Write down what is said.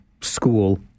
school